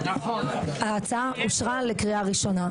ההצעה אושרה לקריאה ראשונה.